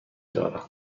دارم